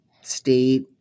state